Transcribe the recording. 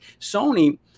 Sony